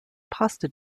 pasta